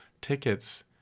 tickets